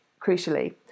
crucially